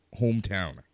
hometown